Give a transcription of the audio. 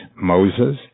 Moses